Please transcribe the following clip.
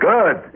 Good